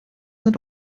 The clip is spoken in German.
sind